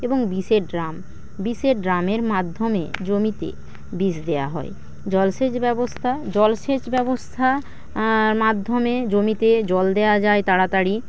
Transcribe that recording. এবং বিষের ড্রাম বিষের ড্রামের মাধ্যমে জমিতে বিষ দেওয়া হয় জলসেচ ব্যবস্থা জলসেচ ব্যবস্থা মাধ্যমে জমিতে জল দেওয়া যায় তাড়াতাড়ি